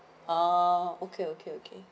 ah okay okay okay